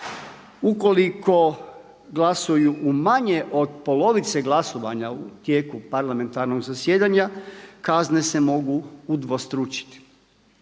Ukoliko glasuju u manje od polovice glasovanja u tijeku parlamentarnog zasjedanja, kazne se mogu udvostručiti.